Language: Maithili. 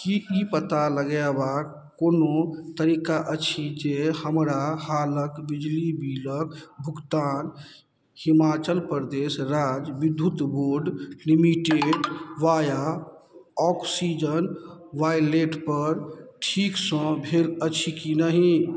कि ई पता लगेबाक कोनो तरीका अछि जे हमरा हालके बिजली बिलके भुगतान हिमाचल प्रदेश राज्य विद्युत बोर्ड लिमिटेड वाया ऑक्सीजन वाइलेटपर ठीकसँ भेल अछि कि नहि